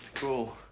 cool.